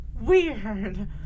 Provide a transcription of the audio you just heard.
weird